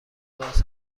باز